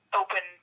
open